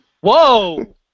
Whoa